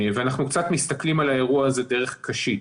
ואנחנו קצת מסתכלים על האירוע הזה דרך קשית.